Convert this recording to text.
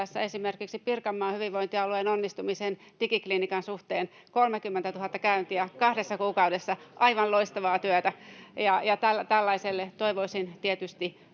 esimerkiksi Pirkanmaan hyvinvointialueen onnistumisen digiklinikan suhteen: 30 000 käyntiä kahdessa kuukaudessa. Aivan loistavaa työtä, ja tällaiselle toivoisin tietysti